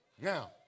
Now